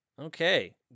Okay